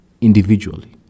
individually